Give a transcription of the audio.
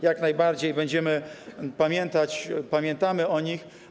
Jak najbardziej, będziemy pamiętać, pamiętamy o nich.